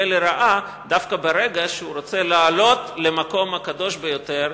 לרעה דווקא ברגע שהוא רוצה לעלות למקום הקדוש ביותר,